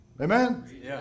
Amen